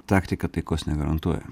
taktika taikos negarantuoja